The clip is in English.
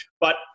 But-